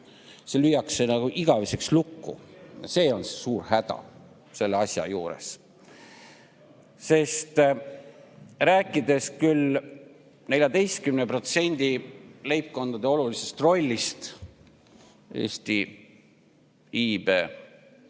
See lüüakse nagu igaveseks lukku. See on see suur häda selle asja juures. Sest rääkides küll 14% leibkondade olulisest rollist Eesti iibe